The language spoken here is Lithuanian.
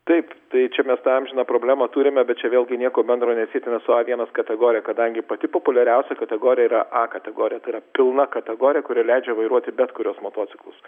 taip tai čia mes tą amžiną problemą turime bet čia vėlgi nieko bendro nesietina su a vienas kategorija kadangi pati populiariausia kategorija yra a kategorija tai yra pilna kategorija kuri leidžia vairuoti bet kuriuos motociklus